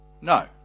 no